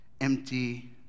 empty